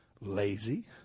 Lazy